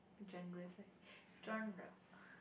genres eh genre